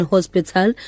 Hospital